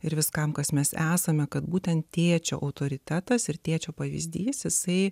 ir viskam kas mes esame kad būtent tėčio autoritetas ir tėčio pavyzdys jisai